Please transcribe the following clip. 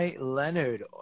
Leonard